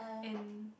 and